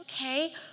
okay